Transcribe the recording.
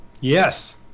Yes